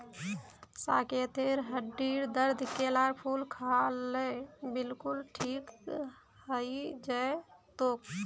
साकेतेर हड्डीर दर्द केलार फूल खा ल बिलकुल ठीक हइ जै तोक